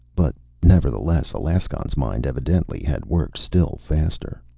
but nevertheless alaskon's mind evidently had worked still faster.